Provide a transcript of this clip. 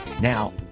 Now